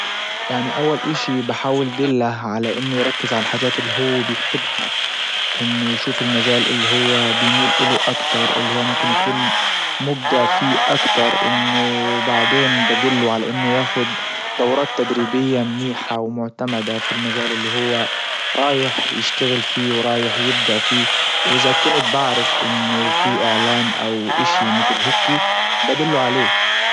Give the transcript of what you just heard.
يعني اول اشي بحاول دلة على انه يركز على الحاجات اللي هو بيحبها انه يشوف المجال اللي هو بيميل اله اكتر اللي هو ممكن يكون مبدع فيه اكتر انه بعدين بدله على انه ياخد دورات تدريبية منيحة ومعتمدة في المجال اللي هو رايح يشتغل فيه ورايح يبدع فيه واذا كنت بعرف انه في اعلان او اشي متل هيكي بدله عليه